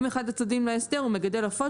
אם אחד הצדדים להסדר הוא מגדל עופות